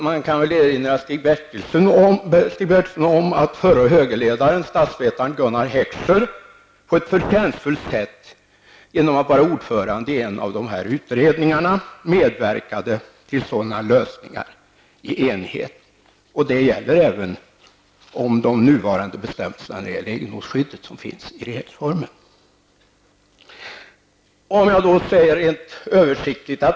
Man kan här erinra Stig Bertilsson om att förre högerledaren, statsvetaren Gunnar Heckscher, på ett förtjänstfullt sätt, genom att vara ordförande i en av dessa utredningar, medverkade till sådana lösningar i enighet. Detta gäller även de nuvarande bestämmelserna om egendomsskyddet som finns i regeringsformen.